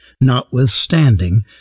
Notwithstanding